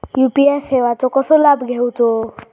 UPI सेवाचो कसो लाभ घेवचो?